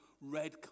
red